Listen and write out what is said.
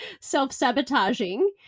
self-sabotaging